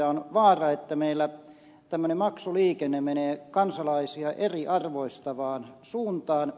on vaara että meillä tämmöinen maksuliikenne menee kansalaisia eriarvoistavaan suuntaan